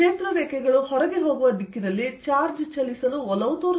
ಆದ್ದರಿಂದ ಕ್ಷೇತ್ರ ರೇಖೆಗಳು ಹೊರಗೆ ಹೋಗುವ ದಿಕ್ಕಿನಲ್ಲಿ ಚಾರ್ಜ್ ಚಲಿಸಲು ಒಲವು ತೋರುತ್ತದೆ